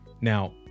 Now